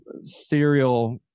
serial